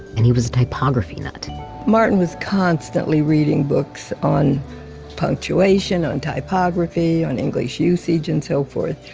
and he was typography nut martin was constantly reading books on punctuation, on typography on english usage and so forth.